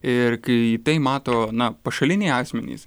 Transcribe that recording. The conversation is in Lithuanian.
ir kai tai mato na pašaliniai asmenys